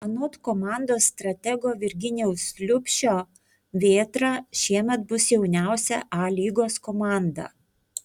anot komandos stratego virginijaus liubšio vėtra šiemet bus jauniausia a lygos komanda